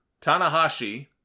Tanahashi